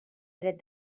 dret